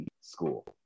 school